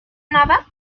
nada